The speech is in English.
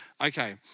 Okay